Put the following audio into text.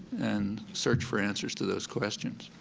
and search for answers to those questions.